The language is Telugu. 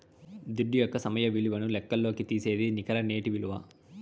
దుడ్డు యొక్క సమయ విలువను లెక్కల్లోకి తీసేదే నికర నేటి ఇలువ